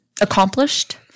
accomplished